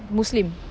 muslim